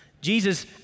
Jesus